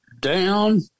down